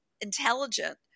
intelligent